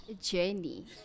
journey